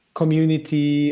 community